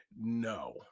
no